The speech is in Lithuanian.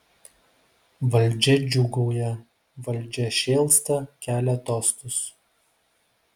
valdžia džiūgauja valdžia šėlsta kelia tostus